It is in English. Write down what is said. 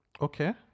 Okay